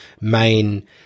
main